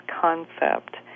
concept